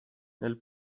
nel